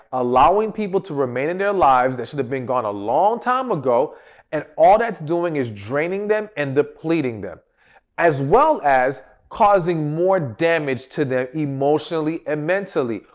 allowing people to remain in their lives that should have been gone a long time ago and all that's doing is draining them and depleting them as well as causing more damage to them emotionally and mentally.